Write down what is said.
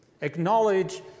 acknowledge